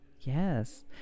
Yes